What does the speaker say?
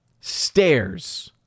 Stairs